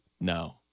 No